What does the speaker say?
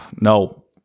No